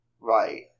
Right